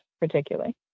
particularly